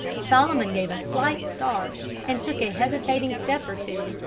solomon gave a slight start, and took a hesitating step or two,